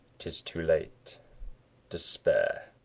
tis too late despair!